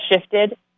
shifted